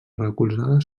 recolzada